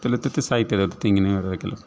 ಸಾಯ್ತದದು ತೆಂಗಿನ ಮರ ಕೆಲವು